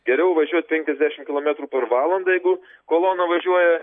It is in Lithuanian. geriau važiuot penkiasdešim kilometrų per valandą jeigu kolona važiuoja